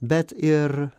bet ir